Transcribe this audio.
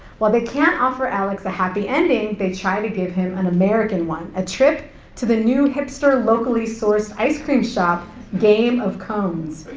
while they can't offer alex a happy ending, they try to give him an american one, a trip to the new hipster locally-sourced ice cream shop game of cones.